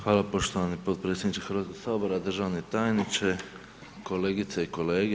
Hvala poštovani potpredsjedniče Hrvatskog sabora, državni tajniče, kolegice i kolege.